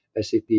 SAP